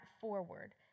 forward